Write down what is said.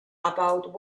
about